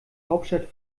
hauptstadt